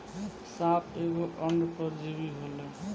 साप एगो अंड परजीवी होले